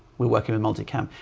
we work in a multi-cam.